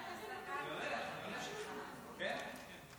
חבר הכנסת רון כץ, בבקשה.